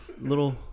little